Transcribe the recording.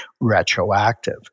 retroactive